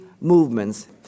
movements